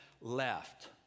left